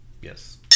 Yes